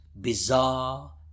bizarre